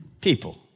people